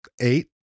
eight